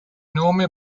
nome